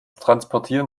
transportieren